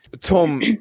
Tom